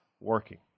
working